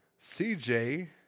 CJ